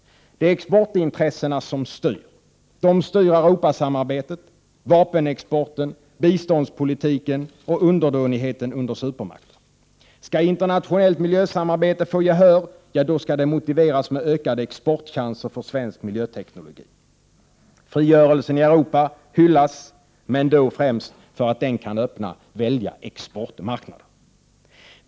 Det är exportintressena som styr. De styr Europasamarbetet, vapenexporten, biståndspolitiken och underdånigheten under supermakter. Skall internationellt miljösamarbete få gehör, skall det motiveras med ökade exportchanser för svensk miljöteknologi. Frigörelsen i Östeuropa hyllas, men främst för att den kan öppna väldiga exportmarknader.